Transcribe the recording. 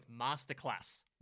Masterclass